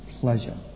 pleasure